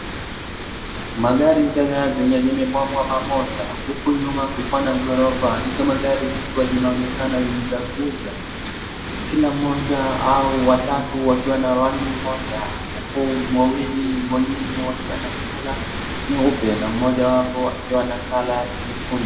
Magari zenye zimepangwa pamoja huku nyuma kukiwa na ghorofa , hizo magari zinaonekana ni za kuuza kila mmoja au watatu wakiwa na rangi moja huku wawili wakiwa na colour nyeupe na moja akiwa na colour nyekundu.